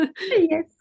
yes